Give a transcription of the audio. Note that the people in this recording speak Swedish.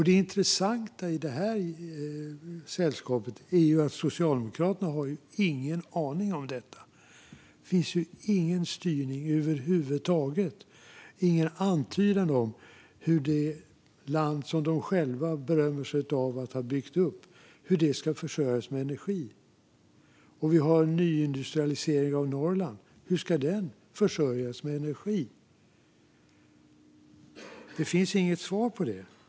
Det intressanta i sällskapet här är att Socialdemokraterna inte har någon aning om detta. Där finns ingen styrning över huvud taget och ingen antydan om hur det land, som de själva berömmer sig av att ha byggt upp, ska försörjas med energi. Hur ska nyindustrialiseringen av Norrland försörjas med energi? Det finns inget svar på det.